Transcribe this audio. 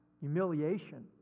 humiliation